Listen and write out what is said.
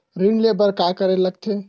ऋण ले बर का करे ला लगथे?